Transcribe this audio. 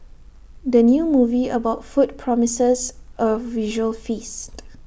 the new movie about food promises A visual feast